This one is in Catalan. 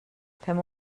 fem